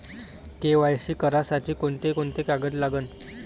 KYC करासाठी कोंते कोंते कागद लागन?